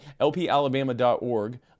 lpalabama.org